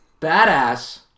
badass